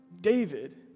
David